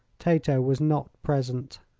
tato was not present.